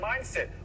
mindset